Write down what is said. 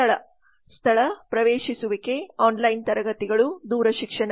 ಸ್ಥಳ ಸ್ಥಳ ಪ್ರವೇಶಿಸುವಿಕೆ ಆನ್ಲೈನ್ ತರಗತಿಗಳು ದೂರ ಶಿಕ್ಷಣ